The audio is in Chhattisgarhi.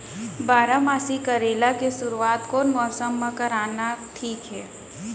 बारामासी करेला के शुरुवात कोन मौसम मा करना ठीक हे?